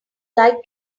like